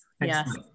Yes